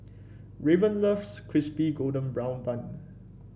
Raven loves Crispy Golden Brown Bun